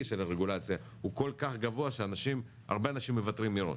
של הרגולציה הוא כל כך גבוה שהרבה אנשים מוותרים מראש,